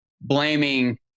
blaming